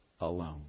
alone